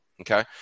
Okay